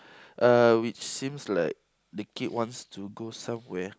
uh which seems like the kid wants to go somewhere